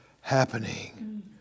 happening